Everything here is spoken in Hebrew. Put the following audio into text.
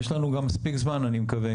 יש לנו גם מספיק זמן, אני מקווה.